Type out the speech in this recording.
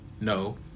no